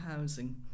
housing